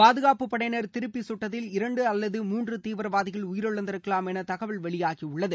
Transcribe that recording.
பாதுணப்புப் படையினர் திருப்பி கட்டதில் இரண்டு அல்லது மூன்று தீவிரவாதிகள் உயிரிழந்திருக்கலாம் என தகவல் வெளியாகியுள்ளது